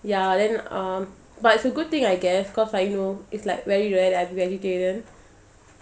ya then um but it's a good thing I guess cause like you know it's like very rare that I'm vegetarian